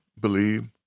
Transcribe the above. believe